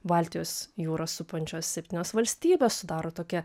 baltijos jūrą supančios septynios valstybės sudaro tokią